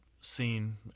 seen